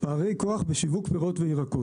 'פערי כוח בשיווק פירות וירקות'